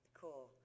Cool